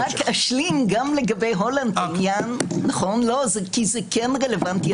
אני רק אשלים גם לגבי הולנד כי זה כן רלוונטי.